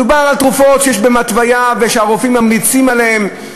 מדובר על תרופות שיש להן התוויה והרופאים ממליצים עליהן,